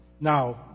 Now